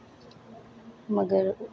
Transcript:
मगर